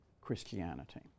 Christianity